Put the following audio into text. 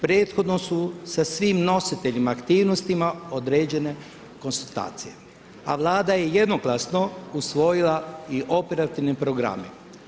Prethodno su sa svim nositeljima aktivnosti određene konstatacije, a Vlada je jednoglasno usvojila i operativne programe.